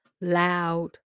loud